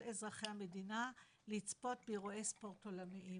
אזרחי המדינה לצפות באירועי ספורט עולמיים".